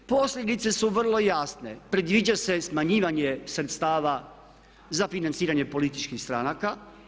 Posljedice su vrlo jasne, predviđa se smanjenje sredstava za financiranje političkih stranaka.